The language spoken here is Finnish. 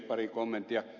pari kommenttia